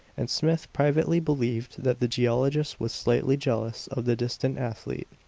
and smith privately believed that the geologist was slightly jealous of the distant athlete.